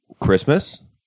Christmas